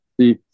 See